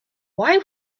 why